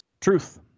Truth